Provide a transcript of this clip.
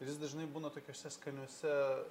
ir jis dažnai būna tokiuose skaniuose